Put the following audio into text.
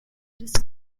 these